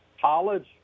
college